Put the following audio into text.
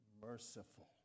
merciful